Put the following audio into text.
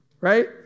right